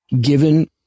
given